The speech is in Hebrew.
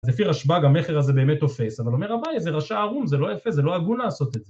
זה פי רשב"ג, המכר הזה באמת תופס, אבל אומר רבי, איזה רשע ערום, זה לא יפה, זה לא הגון לעשות את זה.